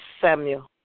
Samuel